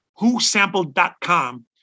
whosampled.com